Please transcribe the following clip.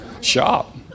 Shop